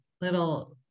little